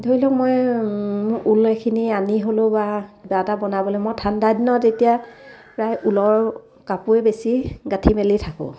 ধৰি লওক মই ঊল এইখিনি আনি হ'লেও বা কিবা এটা বনাবলৈ মই ঠাণ্ডা দিনত এতিয়া প্ৰায় ঊলৰ কাপোৰে বেছি গাঁঠি মেলি থাকোঁ